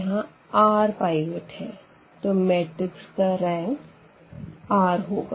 यहाँ r pivot है तो मैट्रिक्स का रैंक r होगा